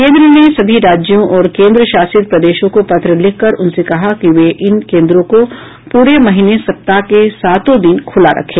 केंद्र ने सभी राज्यों और केंद्रशासित प्रदेशों को पत्र लिखकर उनसे कहा है कि वे इन केंद्रों को पूरे महीने सप्ताह के सातों दिन खुला रखें